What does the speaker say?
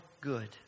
good